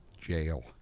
jail